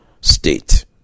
state